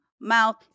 mouth